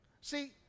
See